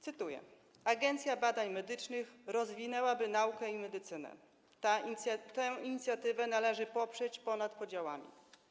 Cytuję: Agencja Badań Medycznych rozwinęłaby naukę i medycynę; tę inicjatywę należy poprzeć ponad podziałami.